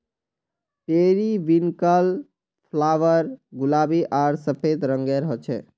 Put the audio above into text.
periwinkle flower गुलाबी आर सफ़ेद रंगेर होचे